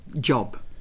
job